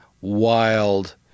wild